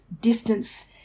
distance